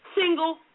single